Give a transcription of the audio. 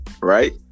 Right